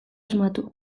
asmatu